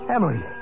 Emily